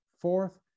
fourth